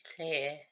clear